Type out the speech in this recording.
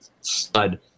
stud